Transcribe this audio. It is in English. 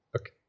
Okay